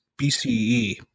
BCE